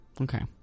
Okay